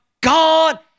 God